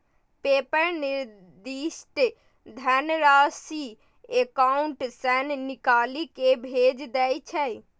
PayPal निर्दिष्ट धनराशि account सं निकालि कें भेज दै छै